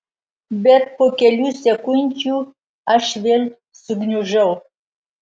bet po kelių sekundžių aš vėl sugniužau